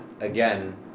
Again